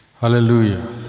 Hallelujah